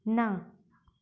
ना